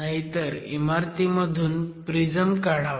नाहीतर इमारतीमधून प्रिझम काढावा